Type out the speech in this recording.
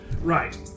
Right